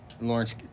Lawrence